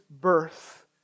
birth